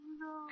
no